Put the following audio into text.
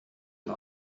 you